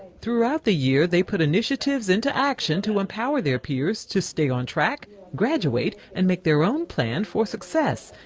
throughout the year, they put initiatives and in action to empower their peers to stay on track, graduate, and make their own plan for success.